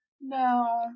no